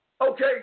Okay